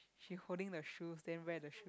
she holding the shoes then wear the shoe